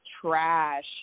trash